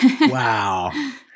wow